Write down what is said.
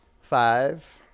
Five